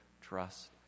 trust